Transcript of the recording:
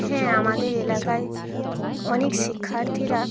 হ্যাঁ আমাদের এলাকায় অনেক শিক্ষার্থীরা